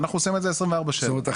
אנחנו עושים את זה 24/7. זאת אומרת,